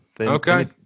okay